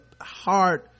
hard